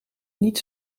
niet